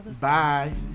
Bye